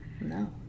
No